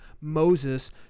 Moses